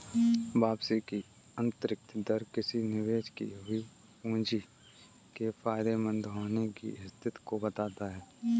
वापसी की आंतरिक दर किसी निवेश की हुई पूंजी के फायदेमंद होने की स्थिति को बताता है